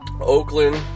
Oakland